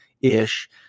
ish